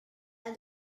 and